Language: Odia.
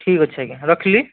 ଠିକ୍ ଅଛି ଆଜ୍ଞା ରଖିଲି